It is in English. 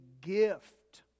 gift